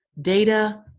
Data